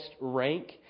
rank